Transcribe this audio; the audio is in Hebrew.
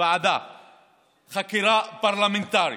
ועדת חקירה פרלמנטרית,